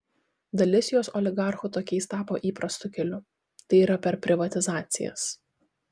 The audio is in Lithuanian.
dalis jos oligarchų tokiais tapo įprastu keliu tai yra per privatizacijas